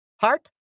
heart